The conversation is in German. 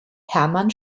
hermann